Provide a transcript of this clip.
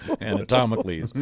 anatomically